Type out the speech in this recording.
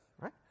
right